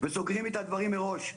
וסוגרים איתה דברים מראש.